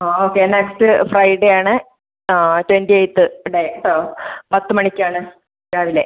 ആ okay next Friday ആണ് ആ ട്വൻറ്റി എയ്റ്റ്ത്ത് ഡേറ്റ് പത്ത് മണിക്കാണ് രാവിലെ